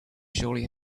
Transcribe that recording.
surely